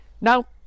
Now